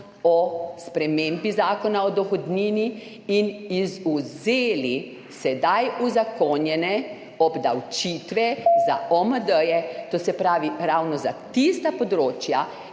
o spremembi Zakona o dohodnini in izvzeli sedaj uzakonjene obdavčitve za OMD-je, to se pravi, ravno za tista področja,